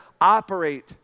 operate